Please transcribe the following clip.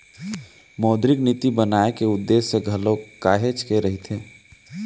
मौद्रिक नीति बनाए के उद्देश्य घलोक काहेच के रहिथे